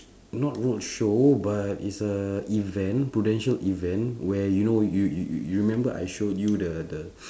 not roadshow but it's a event prudential event where you know you you you remember I show you the the